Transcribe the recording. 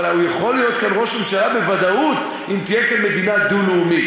אבל הוא יכול להיות כאן ראש ממשלה בוודאות אם תהיה כאן מדינה דו-לאומית.